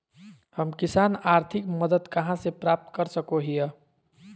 हम किसान आर्थिक मदत कहा से प्राप्त कर सको हियय?